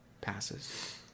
passes